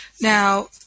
Now